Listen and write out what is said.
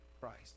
Christ